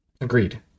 Agreed